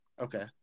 Okay